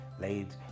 laid